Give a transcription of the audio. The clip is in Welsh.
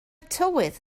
tywydd